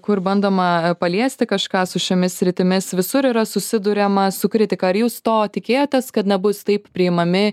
kur bandoma paliesti kažką su šiomis sritimis visur yra susiduriama su kritika ar jūs to tikėjotės kad nebus taip priimami